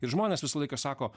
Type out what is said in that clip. ir žmonės visą laiką sako